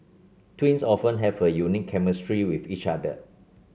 twins often have a unique chemistry with each other